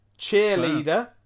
Cheerleader